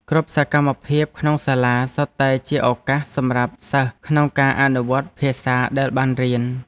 គ្រប់សកម្មភាពក្នុងសាលាសុទ្ធតែជាឱកាសសម្រាប់សិស្សក្នុងការអនុវត្តភាសាដែលបានរៀន។